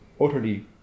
utterly